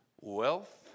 wealth